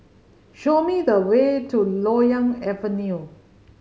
show me the way to Loyang Avenue